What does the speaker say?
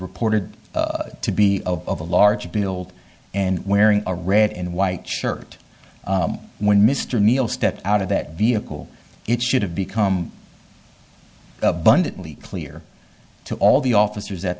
reported to be a large build and wearing a red and white shirt when mr neil stepped out of that vehicle it should have become abundantly clear to all the officers at